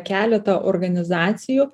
keletą organizacijų